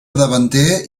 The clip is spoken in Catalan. davanter